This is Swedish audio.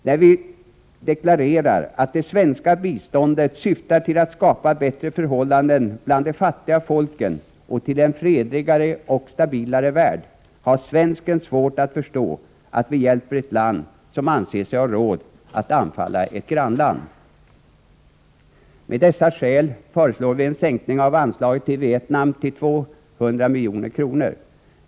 När vi deklarerar att det svenska biståndet syftar till att skapa bättre förhållanden bland de fattiga folken och till en fredligare och stabilare värld, har svensken svårt att förstå att vi hjälper ett land som anser sig ha råd att anfalla ett grannland. Med dessa skäl föreslår vi en sänkning av anslaget till Vietnam till 200 milj.kr.